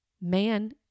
man